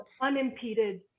unimpeded